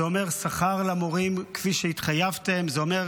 זה אומר שכר למורים כפי שהתחייבתם, זה אומר